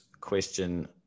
question